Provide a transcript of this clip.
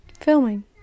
Filming